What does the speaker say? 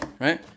right